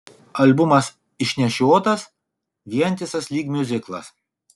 albumas išnešiotas vientisas lyg miuziklas